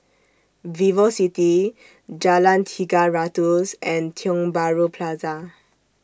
Vivocity Jalan Tiga Ratus and Tiong Bahru Plaza